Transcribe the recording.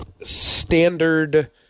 standard